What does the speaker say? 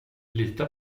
lita